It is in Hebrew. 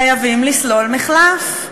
חייבים לסלול מחלף,